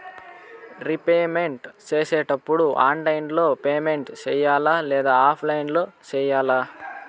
repayment సేసేటప్పుడు online లో payment సేయాలా లేదా ఆఫ్లైన్ లో సేయాలా